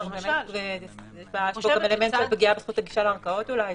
אולי יש פה אלמנט של פגיעה בזכות הגישה לערכאות.